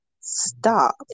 stop